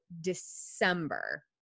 December